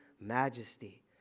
majesty